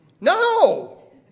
No